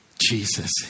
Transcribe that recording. Jesus